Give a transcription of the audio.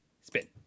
spin